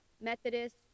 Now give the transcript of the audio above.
Methodist